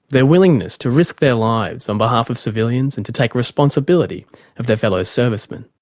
their willingness to risk their lives on behalf of civilians and to take responsibility of their fellow servicemen.